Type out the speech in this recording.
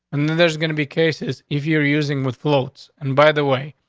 and then there's gonna be cases if you're using with floats. and by the way,